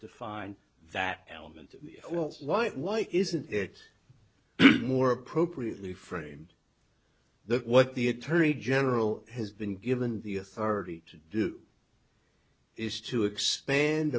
define that element well why why isn't it more appropriately frame that what the attorney general has been given the authority to do is to expand